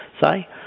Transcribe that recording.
say